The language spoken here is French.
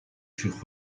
furent